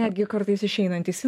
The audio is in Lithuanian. netgi kartais išeinantys į